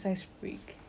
no I wasn't